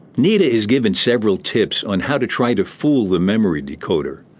nita is given several tips on how to try to fool the memory decoder.